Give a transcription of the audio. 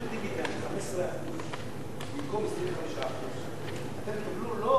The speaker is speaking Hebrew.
15% במקום 25%. אתם תקבלו לא 3 מיליארד,